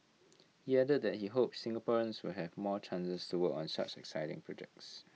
he added that he hopes Singaporeans will have more chances to work on such exciting projects